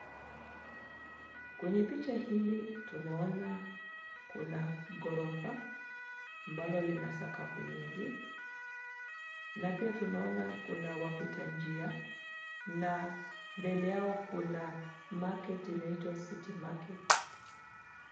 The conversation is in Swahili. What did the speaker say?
Kwenye picha hili tunaona kuna ghorofa ambalo lina sakafu nyingi. Na pia tunaona kuna wapita njia na mbele yao kuna [cs ]market inaitwa City market.